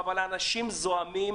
אבל אנשים זועמים,